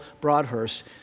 Broadhurst